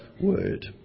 word